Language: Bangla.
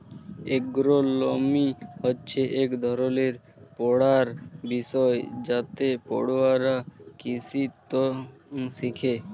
এগ্রোলমি হছে ইক ধরলের পড়ার বিষয় যাতে পড়ুয়ারা কিসিতত্ত শিখে